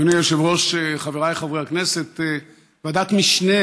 אדוני היושב-ראש, חבריי חברי הכנסת, ועדת משנה